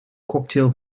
cocktail